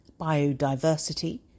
biodiversity